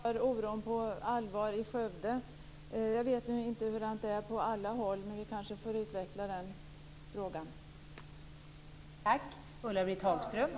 Fru talman! Det känns fint att höra att man tar oron på allvar i Skövde. Jag vet nu inte hur det är på alla håll, men vi kanske får tillfälle att utveckla den frågan.